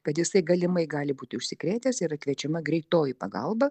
kad jisai galimai gali būti užsikrėtęs yra kviečiama greitoji pagalba